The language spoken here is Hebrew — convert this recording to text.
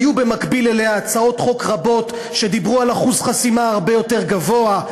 היו במקביל אליה הצעות חוק רבות שדיברו על אחוז חסימה הרבה יותר גבוה.